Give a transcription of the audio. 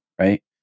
right